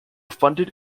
funded